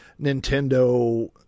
Nintendo